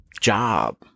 job